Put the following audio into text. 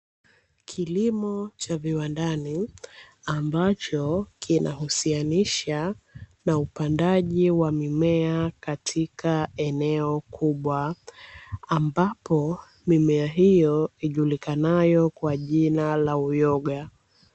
Kilimo cha viwandani ambacho kinahusiana na upandaji wa mimea katika eneo kubwa, ambapo mimea hiyo ijulikanayo kwa jina la uyoga.